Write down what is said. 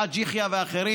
חאג' יחיא ואחרים,